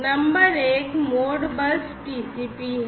number एक Modbus TCP है